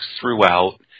throughout